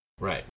Right